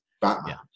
Batman